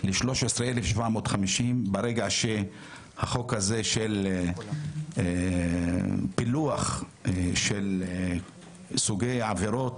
ל-13,750 ברגע שהחוק הזה של פילוח של סוגי העבירות,